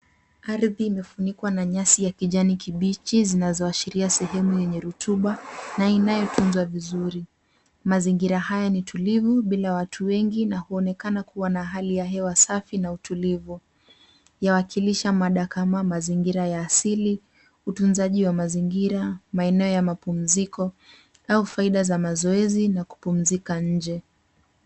Ardhi imefunikwa na nyasi ya kijani kibichi zinazo ashiria sehemu yenye rutuba na inayotunzwa vizuri mazingira haya ni tulivu bila watu wengi na huonekana kuwa na hali ya hewa safi na utulivu. Yawakilisha mada kama mazingira ya asili, utunzaji wa mazingira maeneo ya mapumziko au faida za mazoezi na kupumzika nje.